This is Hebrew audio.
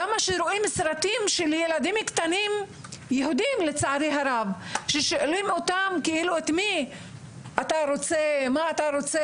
למה כששואלים ילדים יהודים מה הם רוצים